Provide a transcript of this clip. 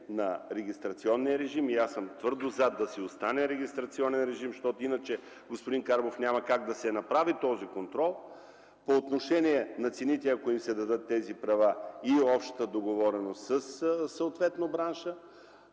на регистрационния режим, аз съм твърдо за това регистрационният режим да остане, защото иначе, господин Карбов, няма как да се направи този контрол; по отношение на цените, ако им се дадат тези права, и общата договореност с бранша